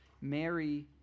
Mary